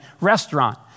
restaurant